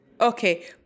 Okay